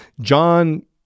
John